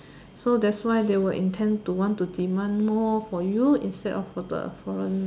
so that's why they will intend to want to demand more for you instead of for the foreign